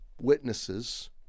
witnesses